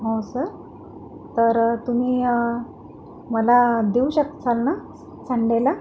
हो सर तर तुम्ही मला देऊ शकसाल ना संडेला